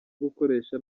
gukoresha